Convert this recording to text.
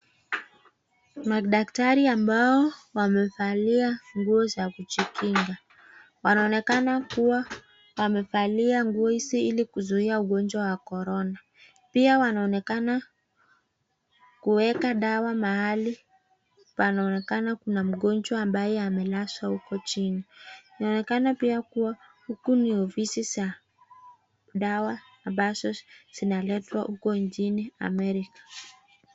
Madaktari ambao wamevaa nguo za kujikinga. Wanaonekana kuwa wamevaa nguo hizi ili kuzuia ugonjwa wa Corona. Pia wanaonekana kuweka dawa mahali panaonekana kuna mgonjwa ambaye amelazwa huko chini. Inaonekana pia kuwa huku ni ofisi za dawa ambazo zinaletwa huko nchini Amerika.